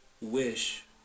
wish